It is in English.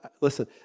listen